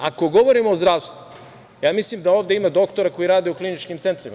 Ako govorimo o zdravstvu, ja mislim da ovde ima doktora koji rade u kliničkim centrima.